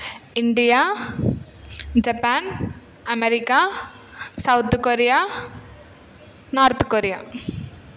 India Japan America South Korea North Korea